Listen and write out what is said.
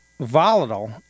volatile